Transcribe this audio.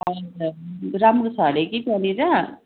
हजुर राम्रो छ हरे कि त्यहाँनेर